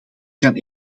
kan